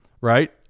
right